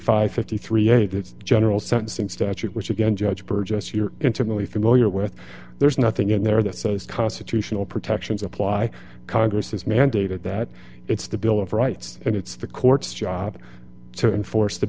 and fifty three a the general sentencing statute which again judge burgess you're intimately familiar with there's nothing in there that says constitutional protections apply congress has mandated that it's the bill of rights and it's the court's job to enforce the